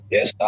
Yes